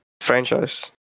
franchise